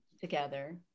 together